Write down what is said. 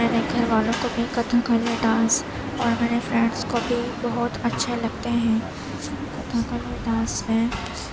میرے گھر والوں کو بھی کتھاکلی ڈانس اور میری فرینڈس کو بھی بہت اچھے لگتے ہیں کتھاکلی ڈانس میں